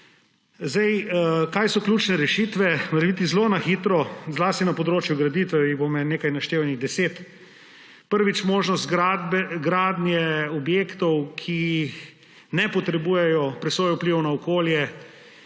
zakon. Kaj so ključne rešitve? Morebiti zelo na hitro, zlasti na področju graditve jih bom nekaj naštel, približno 10. Prvič. Možnost gradnje objektov, ki ne potrebujejo presoje vplivov na okolje